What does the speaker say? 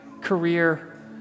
career